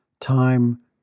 time